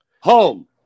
Home